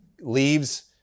leaves